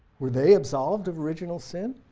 were they absolved of original sin?